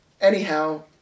Anyhow